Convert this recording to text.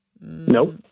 Nope